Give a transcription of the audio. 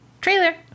Trailer